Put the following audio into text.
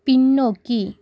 பின்னோக்கி